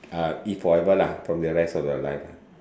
uh eat forever lah for your rest of your life